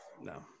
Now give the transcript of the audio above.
no